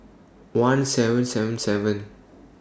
one seven seven seven